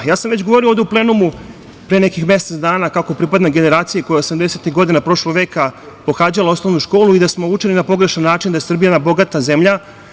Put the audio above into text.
Govorio sam već ovde u plenumu pre nekih mesec dana kako pripadam generaciji koja je osamdesetih godina prošlog veka pohađala osnovnu školu i da smo učeni na pogrešan način da je Srbija jedna bogata zemlja.